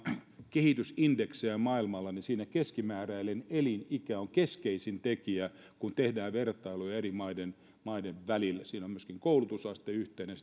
kehitysindeksejä maailmalla niin siinä keskimääräinen elinikä on keskeisin tekijä kun tehdään vertailuja eri maiden maiden välillä myöskin koulutusaste on yhteinen